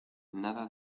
nada